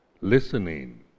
Listening